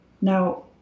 Now